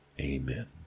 Amen